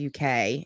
UK